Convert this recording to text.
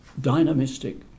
dynamistic